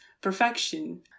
perfection